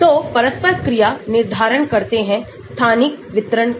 तो परस्पर क्रिया निर्धारण करते हैं स्थानिक वितरण का